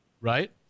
Right